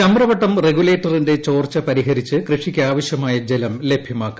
ചമ്രവട്ടം റഗുലേറ്ററിന്റെ ചോർച്ച പരിഹരിച്ച് കൃഷിക്കാവശ്യമായ ജലം ലഭ്യമാക്കും